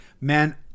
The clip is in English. man